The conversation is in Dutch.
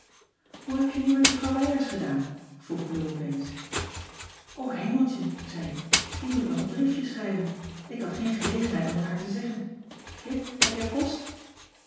hoe heb je nu met juffrouw wijers gedaan vroeg lou opeens o hemeltje zei ik die moet ik nog een briefje schrijven ik had geen gelegenheid om t haar te zeggen kit heb jij post